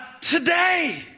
today